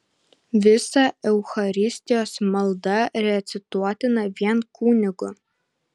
visa eucharistijos malda recituotina vien kunigo